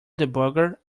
debugger